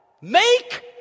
Make